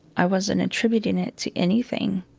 i wasn't attributing it to anything.